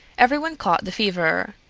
everyone caught the fever.